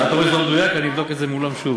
אתה אומר שזה לא מדויק, אני אבדוק את זה מולם שוב.